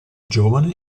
giovane